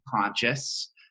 conscious